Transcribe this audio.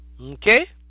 Okay